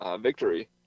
victory